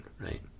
right